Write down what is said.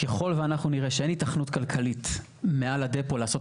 ככל ואנחנו נראה שאין היתכנות כלכלית מעל הדפו לעשות